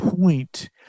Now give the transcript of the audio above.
point